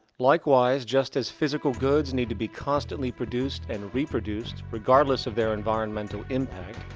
likewise, just as physical goods need to be constantly produced and reproduced regardless of their environmental impact.